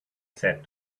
said